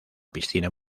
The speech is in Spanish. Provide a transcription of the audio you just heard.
piscina